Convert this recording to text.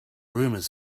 rumors